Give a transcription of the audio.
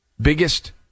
Biggest